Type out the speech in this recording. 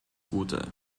gute